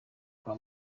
kwa